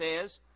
says